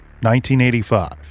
1985